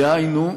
דהיינו,